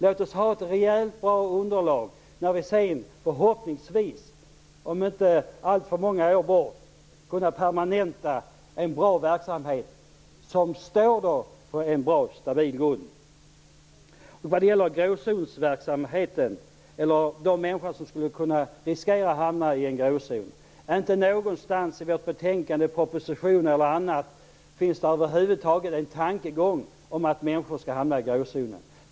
Låt oss ha ett rejält, bra underlag när vi sedan, förhoppningsvis om inte alltför många år, kan permanenta en bra verksamhet som står på en bra, stabil grund. Sedan till detta med de människor som skulle kunna riskera att hamna i en gråzon. Inte någonstans i vårt betänkande eller i propositionen finns det över huvud taget en tanke på att människor skall hamna i en gråzon.